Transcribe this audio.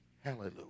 Hallelujah